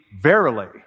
verily